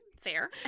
Fair